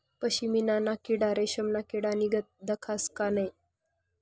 पशमीना ना किडा रेशमना किडानीगत दखास का नै